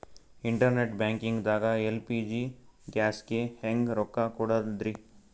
Internet banking ದಾಗ LPG ಗ್ಯಾಸ್ಗೆ ಹೆಂಗ್ ರೊಕ್ಕ ಕೊಡದ್ರಿ?